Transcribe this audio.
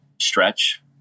stretch